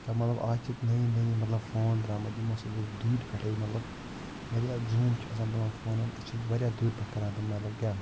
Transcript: یا مَطلَب آز چھِکھ نٔیی نٔیی مطلب فون درٛامٕتۍ یمو سۭتۍ أسۍ دوٗرِ پٮ۪ٹھَے مَطلَب واریاہ زوٗم چھِ آسان تِمن فونن أسۍ چھِ واریاہ دوٗرِ پٮ۪ٹھ کران تِم مَطلَب کیاہ